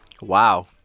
Wow